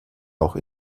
auch